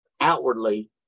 outwardly